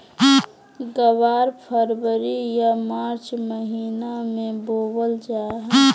ग्वार फरवरी या मार्च महीना मे बोवल जा हय